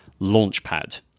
launchpad